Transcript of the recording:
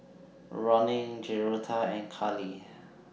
Ronin Joretta and Kali